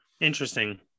Interesting